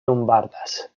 llombardes